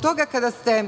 toga, kada ste,